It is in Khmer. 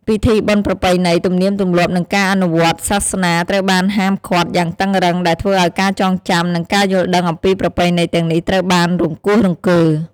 ពិធីបុណ្យប្រពៃណី ទំនៀមទម្លាប់និងការអនុវត្តសាសនាត្រូវបានហាមឃាត់យ៉ាងតឹងរ៉ឹង ដែលធ្វើឱ្យការចងចាំ និងការយល់ដឹងអំពីប្រពៃណីទាំងនេះត្រូវបានរង្គោះរង្គើ។